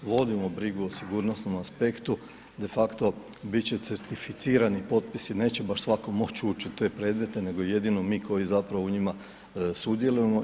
Vodimo brigu o sigurnosnom aspektu, de facto, biti će certificirani potpisi, neće baš svatko moći ući u te predmete, nego jedino mi koji zapravo u njima sudjelujemo.